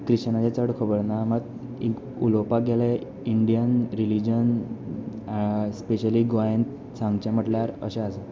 क्रिश्चनाचें चड खबर ना मात एक उलोपाक गेल्यार एक इंडियन रिलीजन स्पेशली गोंयान सांगचें म्हटल्यार अशें आसा